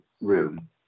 room